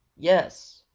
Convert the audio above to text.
yes,